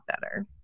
better